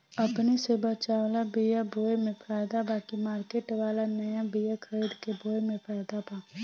अपने से बचवाल बीया बोये मे फायदा बा की मार्केट वाला नया बीया खरीद के बोये मे फायदा बा?